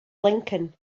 lincoln